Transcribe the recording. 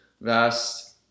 vast